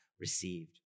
received